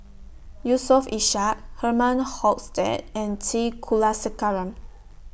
Yusof Ishak Herman Hochstadt and T Kulasekaram